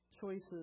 choices